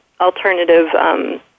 alternative